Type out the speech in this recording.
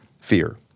fear